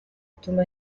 ituma